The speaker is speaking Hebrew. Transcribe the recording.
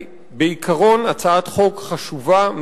היא בעיקרון הצעת חוק חשובה,